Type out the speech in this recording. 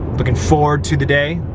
looking forward to the day.